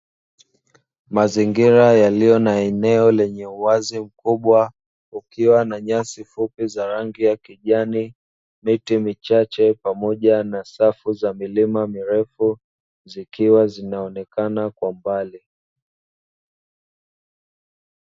Mazingira yaliyo na eneo lenye uwazi mkubwa, kukiwa na nyasi fupi za rangi ya kijani, miti michache pamoja na safu za milima mirefu zikiwa zinaonekana kwa mbali.